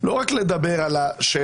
לא רק לדבר על השאלה